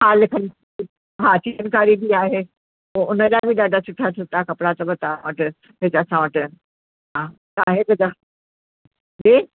हा लिखनि हा चिकनकारी बी आहे ओ उन जा बि ॾाढा सुठा सुठा कपिड़ा अथव तव्हां वटि हिति असां वटि हा तव्हां हिकु द जी